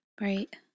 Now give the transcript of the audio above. Right